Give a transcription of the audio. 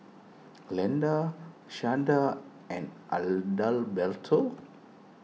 Glenda Shanda and Adalberto